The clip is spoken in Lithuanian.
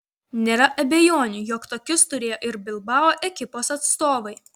nėra abejonių jog tokius turėjo ir bilbao ekipos atstovai